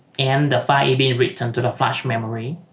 and the fivb return to the flash memory